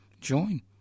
Join